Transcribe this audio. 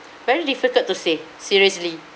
very difficult to say seriously